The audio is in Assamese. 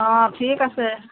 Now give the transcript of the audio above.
অঁ ঠিক আছে